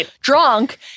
drunk